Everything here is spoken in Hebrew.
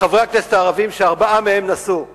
חברי הכנסת הערבים, שארבעה מהם נסעו ללוב.